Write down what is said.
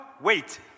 wait